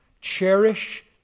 cherish